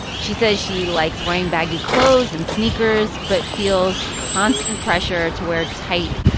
she says she likes wearing baggy clothes and sneakers but feels constant pressure to wear tight,